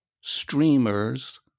Streamers